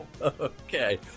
Okay